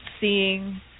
seeing